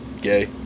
Gay